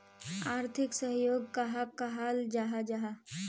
आर्थिक सहयोग कहाक कहाल जाहा जाहा?